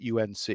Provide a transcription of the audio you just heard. UNC